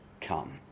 come